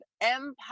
empire